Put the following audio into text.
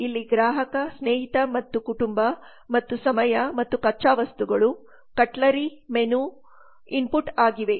ಇಲ್ಲಿ ಗ್ರಾಹಕ ಸ್ನೇಹಿತ ಮತ್ತು ಕುಟುಂಬ ಮತ್ತು ಸಮಯ ಮತ್ತು ಕಚ್ಚಾ ವಸ್ತುಗಳು ಕಟ್ಲರಿ ಮೆನು ಇಲ್ಲಿ ಇನ್ಪುಟ್ ಆಗಿವೆ